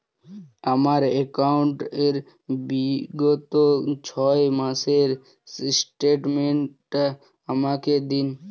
আমার অ্যাকাউন্ট র বিগত ছয় মাসের স্টেটমেন্ট টা আমাকে দিন?